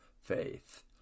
faith